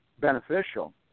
beneficial